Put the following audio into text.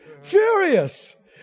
Furious